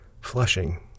flushing